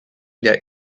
their